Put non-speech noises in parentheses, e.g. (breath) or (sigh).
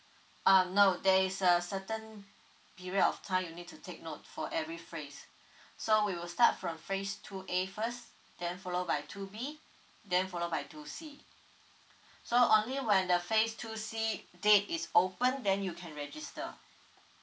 um no there is a certain period of time you need to take note for every phrase (breath) so we will start from phrase two A first then followed by two B then followed by two C so only when the phase two C date is open then you can register